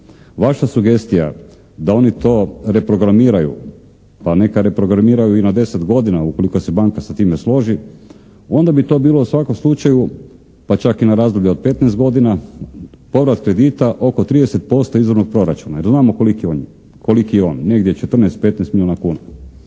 vaša sugestija da oni to reprogramiraju, pa neka reprogramiraju i na 10 godina ukoliko se banka sa time složi, onda bi to bilo u svakom slučaju pa čak i na razdoblje od 15 godina, povrat kredita oko 30% izvornog proračuna, jer znamo koliki je on, negdje 14-15 milijuna kuna.